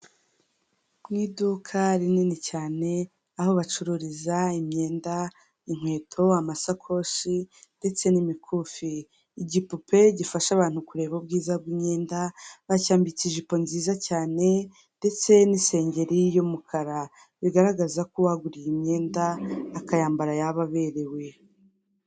Mu iduka rinini cyane aho bacururiza imyenda, inkweto, amasakoshi ndetse n'imikufi. Igipupe gifasha abantu kureba ubwiza bw'imyenda bacyambitse ijipo nziza cyane ndetse n'isengeri y'umukara, bigaragaza ko uhaguriye imyenda akayambara yaba aberewe.